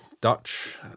Dutch